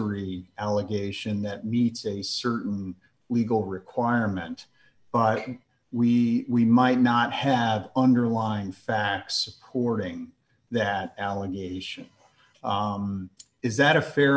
are e allegation that meets a certain legal requirement but we we might not have underlying facts courting that allegation is that a fair